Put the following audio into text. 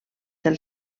del